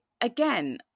again